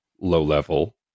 low-level